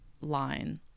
line